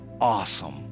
awesome